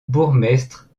bourgmestre